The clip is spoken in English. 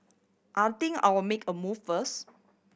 I think I'll make a move first